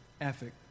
ethic